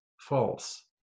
false